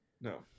No